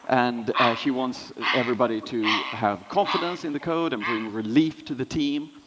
and she wants everybody to have confidence in the code and bring relief to the team.